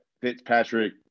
Fitzpatrick –